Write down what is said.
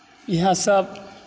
इएहसभ